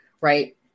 right